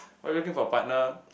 why you looking for a partner